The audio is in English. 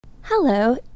Hello